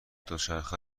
دوچرخه